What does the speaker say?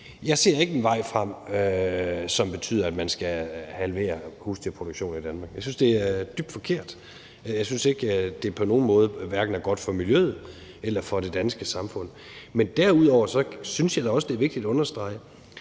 Jeg ser ikke en vej frem, som betyder, at man skal halvere husdyrproduktionen i Danmark. Jeg synes, at det er dybt forkert. Jeg synes ikke, at det på nogen måde hverken er godt for miljøet eller for det danske samfund. Men derudover synes jeg da også, at det er vigtigt at understrege,